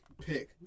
pick